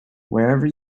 wherever